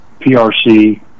PRC